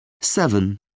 Seven